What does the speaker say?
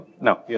No